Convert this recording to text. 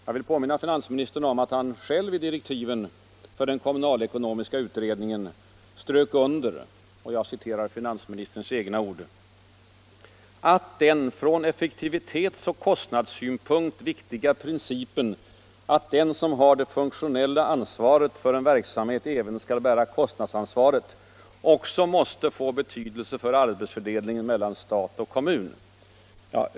Jag vill påminna finansministern om att han själv i direktiven till den kommunalekonomiska utredningen strök under — och jag citerar finansministerns egna ord — ”att den från effektivitetsoch kostnadssynpunkt viktiga principen att den som har det funktionella ansvaret för en verksamhet även skall bära kostnadsansvaret också måste få betydelse för arbetsfördelningen mellan stat och kommun”.